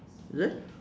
is it